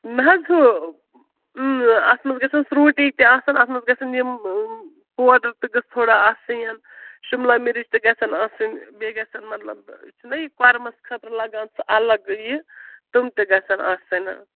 نہ حظ ہُہ اَتھ منٛز گَژھن سرٛوٗٹی تہِ آسَن اَتھ منٛز گَژھَن یِم پوڈَر تہِ گٔژھ تھوڑا آسٕنۍ یَن شُملا مِرچ تہِ گژھن آسٕنۍ بیٚیہِ گَژھن مطلب چھُنہ یہِ کۄرمَس خٲطرٕ لَگان سُہ الگ یہِ تٕم تہِ گَژھن آسٕنۍ حظ